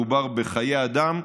מדובר בחיי אדם,